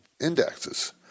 indexes